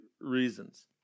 reasons